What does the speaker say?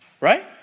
right